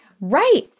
right